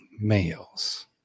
males